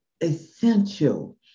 essential